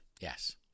Yes